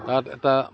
তাত এটা